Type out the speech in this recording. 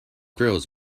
girls